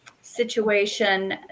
situation